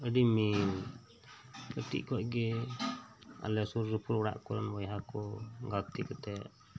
ᱟᱹᱰᱤ ᱢᱤᱞ ᱠᱟᱹᱴᱤᱡ ᱠᱷᱚᱱᱜᱮ ᱟᱞᱮ ᱥᱳᱨ ᱥᱳᱯᱳᱨ ᱚᱲᱟᱜ ᱠᱚᱨᱮᱱ ᱵᱚᱭᱦᱟ ᱠᱚ ᱜᱟᱛᱮᱹ ᱠᱟᱛᱮ